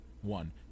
One